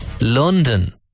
London